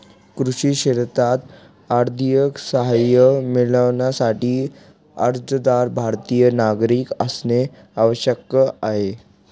कृषी क्षेत्रात आर्थिक सहाय्य मिळविण्यासाठी, अर्जदार भारतीय नागरिक असणे आवश्यक आहे